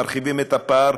מרחיבים את הפער,